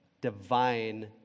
Divine